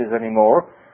anymore